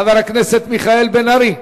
חבר הכנסת מיכאל בן-ארי.